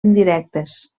indirectes